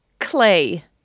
clay